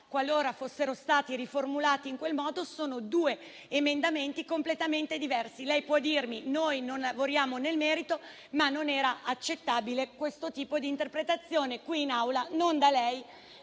qualora fossero stati riformulati in quel modo. Sono due emendamenti completamente diversi. Lei può dirmi "non lavoriamo nel merito", ma non era accettabile questo tipo di interpretazione qui in Aula non da lei,